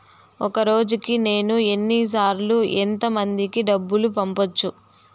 ఒక రోజుకి నేను ఎన్ని సార్లు ఎంత మందికి డబ్బులు పంపొచ్చు?